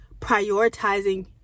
prioritizing